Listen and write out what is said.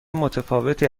متفاوتی